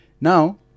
Now